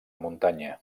muntanya